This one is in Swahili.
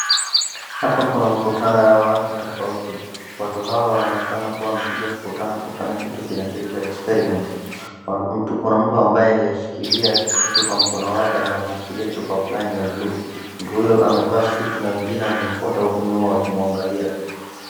Hapa kuna mkutano ya watu tofauti. Watu hawa wanaonekana kuwa wamekuja kukutana kufanya kitu kinachoitwa experiment . Kuna mtu ambaye aliyeshikilia kitu kwa mkono wake na ameshikilia chupa fulani ya buluu. Mtu huyo amevaa suti na wengine wamemfuata uku nyuma wakimwagalia.